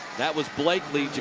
that was blakely.